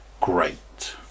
great